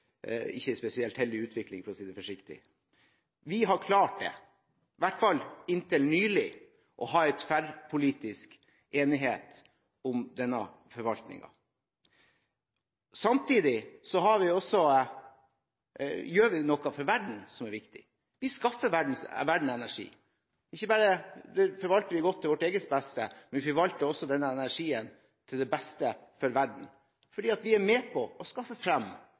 ikke spesielt heldig utvikling. Men vi har klart, i hvert fall inntil nylig, å ha tverrpolitisk enighet om denne forvaltningen. Samtidig gjør vi noe viktig for verden. Vi skaffer verden energi. Vi forvalter det ikke bare godt til vårt eget beste, vi forvalter også denne energien til beste for verden, for vi er med på å skaffe frem